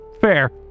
Fair